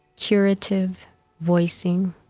curative voicing